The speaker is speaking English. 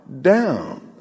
down